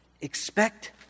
Expect